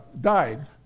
died